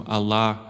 Allah